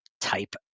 type